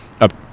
up